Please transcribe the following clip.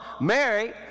Mary